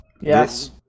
Yes